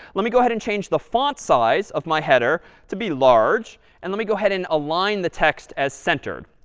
let me go ahead and change the font size of my header to be large and let me go ahead and align the text as centered.